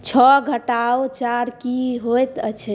छह घटाओ चारि की होइत अछि